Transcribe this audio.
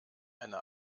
eine